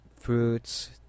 fruits